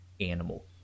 animal